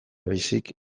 baizik